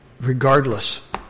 Regardless